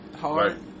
Hard